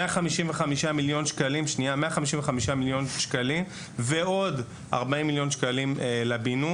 155 מיליון שקלים ועוד 40 מיליון שקלים לבינוי.